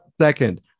Second